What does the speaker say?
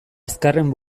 azkarren